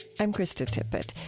i'm krista tippett.